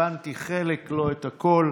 הבנתי חלק, לא את הכול.